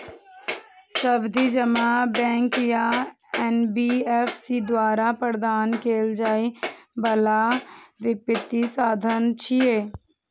सावधि जमा बैंक या एन.बी.एफ.सी द्वारा प्रदान कैल जाइ बला वित्तीय साधन छियै